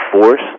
force